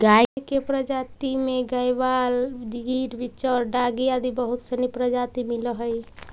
गाय के प्रजाति में गयवाल, गिर, बिच्चौर, डांगी आदि बहुत सनी प्रजाति मिलऽ हइ